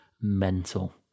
mental